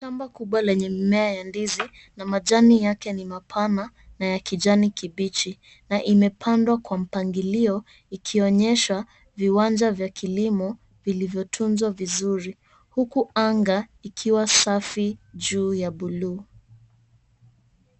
Shamba kubwa lenye mimea ya ndizi na majani yake ni mapana na ya kijani kibichi na imepandwa kwa mpangilio ikionyesha viwanja vya kilimo vilivyotunzwa vizuri huku anga ikiwa safi juu ya buluu.